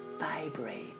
vibrate